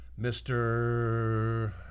Mr